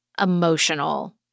emotional